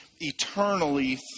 Eternally